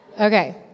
Okay